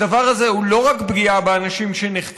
הדבר הזה הוא לא רק פגיעה באנשים שנחקרים,